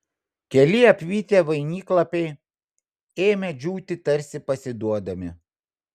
keli apvytę vainiklapiai ėmė džiūti tarsi pasiduodami